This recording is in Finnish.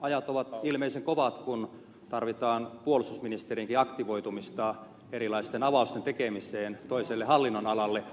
ajat ovat ilmeisen kovat kun tarvitaan puolustusministerinkin aktivoitumista erilaisten avausten tekemiseen toiselle hallinnonalalle